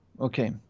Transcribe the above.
Okay